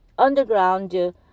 underground